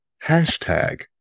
Hashtag